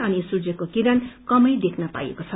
अनि सूर्यको किरण कमै देश्न पाइएको छ